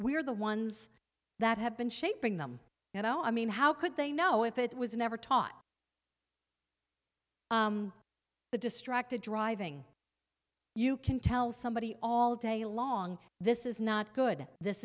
we're the ones that have been shaping them you know i mean how could they know if it was never taught the distracted driving you can tell somebody all day long this is not good this